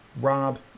Rob